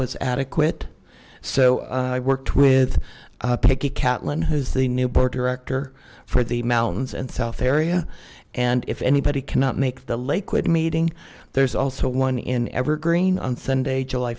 was adequate so i worked with peggy catlin who's the new board director for the mountains and south area and if anybody cannot make the lakewood meeting there's also one in evergreen on sunday july